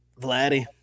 Vladdy